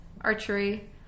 Archery